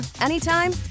anytime